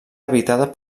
habitada